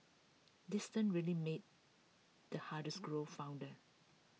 distance really made the heart is grow fonder